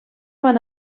van